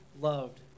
loved